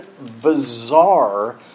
bizarre